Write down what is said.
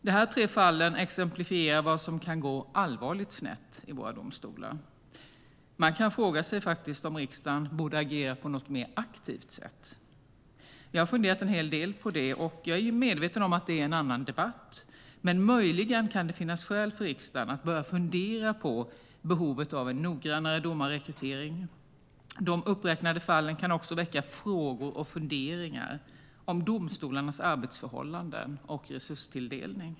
De här tre fallen exemplifierar vad som kan gå allvarligt snett i våra domstolar. Man kan fråga sig om inte riksdagen borde agera på ett mer aktivt sätt. Jag har funderat en hel del på det. Jag är medveten om att det är en annan debatt, men möjligen kan det finnas skäl för riksdagen att börja fundera på behovet av en noggrannare domarrekrytering. De uppräknade fallen kan också väcka frågor och funderingar om domstolarnas arbetsförhållanden och resurstilldelning.